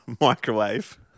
Microwave